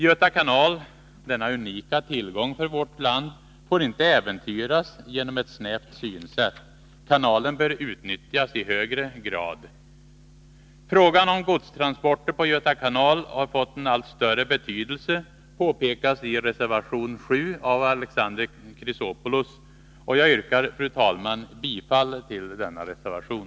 Göta kanal — denna unika tillgång för vårt land — får inte äventyras genom ett snävt synsätt. Kanalen bör utnyttjas i högre grad. Frågan om godstransporter på Göta kanal har fått en allt större betydelse, påpekas i reservation 7 av Alexander Chrisopoulos. Jag yrkar, fru talman, bifall till denna reservation.